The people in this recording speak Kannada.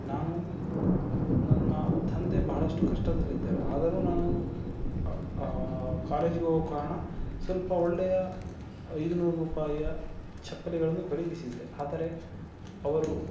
ನಾನು ನನ್ನ ತಂದೆ ಬಹಳಷ್ಟು ಕಷ್ಟದಲ್ಲಿದ್ದರು ಆದರೂ ನಾನು ಕಾಲೇಜಿಗೆ ಹೋಗುವ ಕಾರಣ ಸ್ವಲ್ಪ ಒಳ್ಳೆಯ ಐನೂರು ರೂಪಾಯಿಯ ಚಪ್ಪಲಿಗಳನ್ನು ಖರೀದಿಸಿದ್ದೆ ಆದರೆ ಅವರು